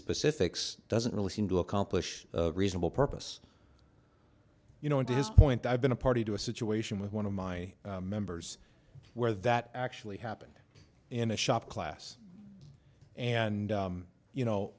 specifics doesn't really seem to accomplish reasonable purpose you know and to his point i've been a party to a situation with one of my members where that actually happened in a shop class and you know